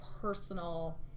personal